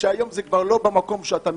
כשהיום זה כבר לא במקום שאתה מכיר.